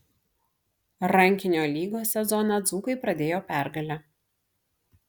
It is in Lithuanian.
rankinio lygos sezoną dzūkai pradėjo pergale